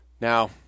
Now